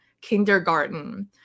kindergarten